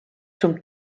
zum